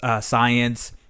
science